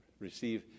receive